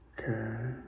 Okay